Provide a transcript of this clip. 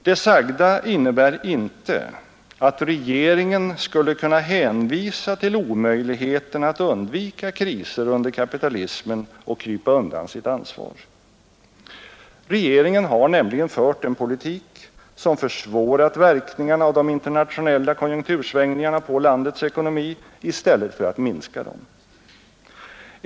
Det sagda innebär inte att regeringen kan hänvisa till omöjligheten att undvika kriser under kapitalismen och krypa undan sitt ansvar. Regeringen har nämligen fört en politik som försvårat verkningarna av de internationella konjunktursvängningarna på landets ekonomi i stället för att minska dem.